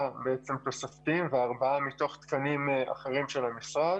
6 בעצם תוספתיים ו-4 מתוך תקנים נוספים של המשרד.